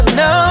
no